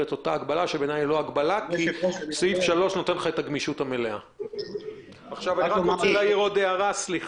לסעיף 15 ואני אומר שברגע שאתם תראו שמה